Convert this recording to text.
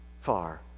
far